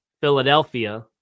Philadelphia